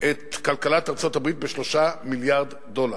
את כלכלת ארצות-הברית ב-3 מיליארד דולר.